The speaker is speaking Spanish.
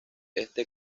este